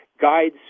guides